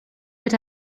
but